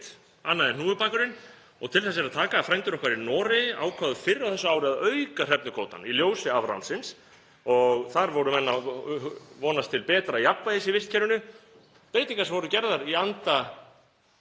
annað en hnúfubakurinn og til þess er að taka frændur okkar í Noregi ákváðu fyrr á þessu ári að auka hrefnukvótann í ljósi afránsins. Þar voru menn að vonast til betra jafnvægis í vistkerfinu; breytingar sem voru gerðar í anda